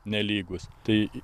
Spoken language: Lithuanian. nelygus tai